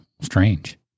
strange